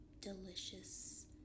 delicious